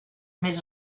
més